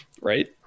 right